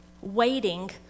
waiting